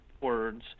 words